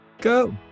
go